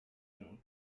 content